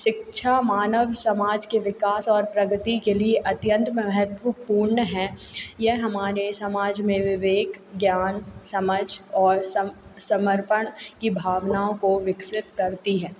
शिक्षा मानव समाज के विकास और प्रगति के लिए अत्यंत महत्वपूर्ण है यह हमारे समाज में विवेक ज्ञान समझ और सम समर्पण की भावनाओं को विकसित करती है